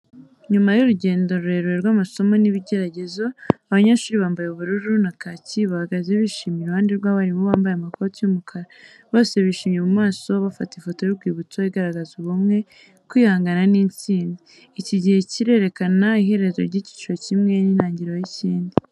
Nyuma y’urugendo rurerure rw’amasomo n’ibigeragezo, abanyeshuri bambaye ubururu na kaki bahagaze bishimye iruhande rw’abarimu bambaye amakoti y’umukara. Bose bishimye mu maso, bafata ifoto y’urwibutso igaragaza ubumwe, kwihangana n’intsinzi. Iki gihe kirerekana iherezo ry’icyiciro kimwe n’intangiriro ry’ikindi.